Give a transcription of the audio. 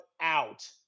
out